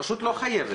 הרשות לא חייבת.